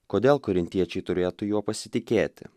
kodėl korintiečiai turėtų juo pasitikėti